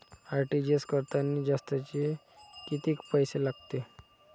RTGS करतांनी जास्तचे कितीक पैसे लागते?